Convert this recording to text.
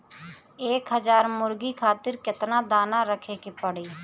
एक हज़ार मुर्गी खातिर केतना दाना रखे के पड़ी?